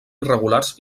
irregulars